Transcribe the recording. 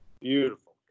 Beautiful